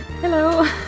Hello